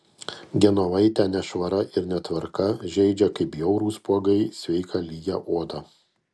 genovaitę nešvara ir netvarka žeidžia kaip bjaurūs spuogai sveiką lygią odą